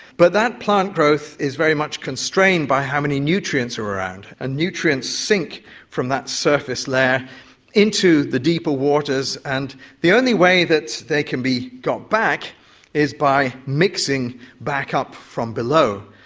but that plant growth is very much constrained by how many nutrients are around. and ah nutrients sink from that surface layer into the deeper waters, and the only way that they can be got back is by mixing back up from below.